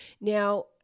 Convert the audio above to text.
Now